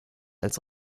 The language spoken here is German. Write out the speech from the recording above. als